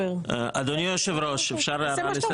אדוני היושב-ראש, אפשר הערה לסדר?